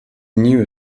newer